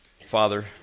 Father